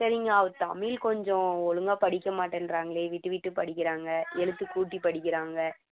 சரிங்க அவள் தமிழ் கொஞ்சம் ஒழுங்காக படிக்க மாட்டேன்கறாங்களே விட்டு விட்டு படிக்கிறாங்க எழுத்துக்கூட்டி படிக்கிறாங்க